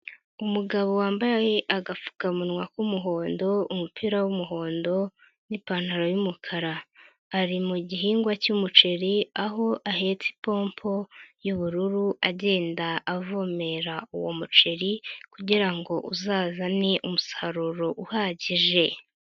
Umugabo wambaye agapfukamunwa k'umuhondo, umupira w'umuhondo n'ipantaro y'umukara, ari mu gihingwa cy'umuceri aho ahetse ipompo y'ubururu agenda avomera uwo muceri kugira ngo uzazane umusaruro uhagije.